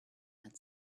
had